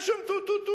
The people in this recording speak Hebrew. אם